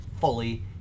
fully